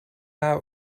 now